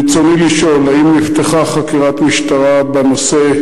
ברצוני לשאול: 1. האם נפתחה חקירת משטרה בנושא,